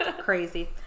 Crazy